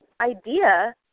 idea